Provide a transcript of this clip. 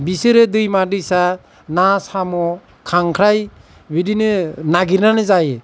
बिसोरो दैमा दैसा ना साम' खांख्राय बिदिनो नागिरनानै जायो